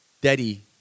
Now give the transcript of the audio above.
Daddy